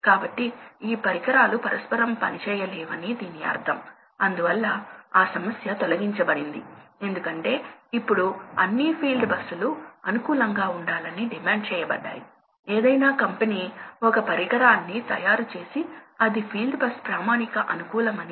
కాబట్టి దీన్ని అర్థం చేసుకున్న తరువాత మనం ముందుకు వెళ్దాం మరియు తర్వాత మేము ఈ కర్వ్ కు తిరిగి వస్తాము